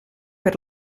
per